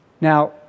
Now